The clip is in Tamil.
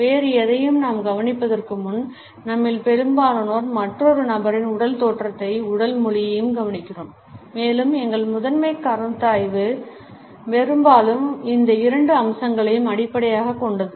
வேறு எதையும் நாம் கவனிப்பதற்கு முன்பு நம்மில் பெரும்பாலோர் மற்றொரு நபரின் உடல் தோற்றத்தையும் உடல் மொழியையும் கவனிக்கிறோம் மேலும் எங்கள் முதன்மைக் கருத்தாய்வு பெரும்பாலும் இந்த இரண்டு அம்சங்களையும் அடிப்படையாகக் கொண்டது